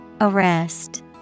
Arrest